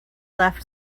left